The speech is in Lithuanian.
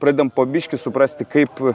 pradedam po biškį suprasti kaip